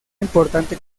importante